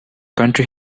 county